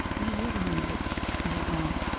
you really enrich your own.